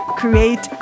create